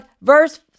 verse